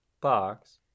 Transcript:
box